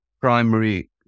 primary